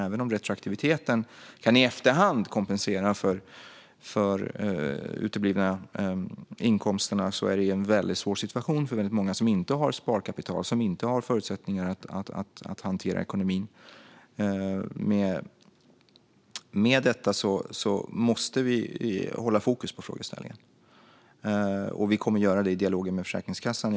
Även om de kompenseras retroaktivt för uteblivna inkomster är det här en väldigt svår situation för många som inte har sparkapital eller förutsättningar att hantera ekonomin. Vi måste hålla fokus på frågeställningen. Vi kommer att göra det i dialogen med Försäkringskassan.